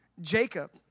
Jacob